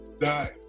die